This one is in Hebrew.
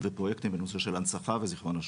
ופרויקט בנושא של הנצחה וזיכרון השואה.